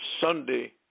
Sunday